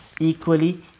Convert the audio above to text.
equally